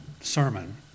sermon